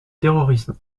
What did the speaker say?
terrorisme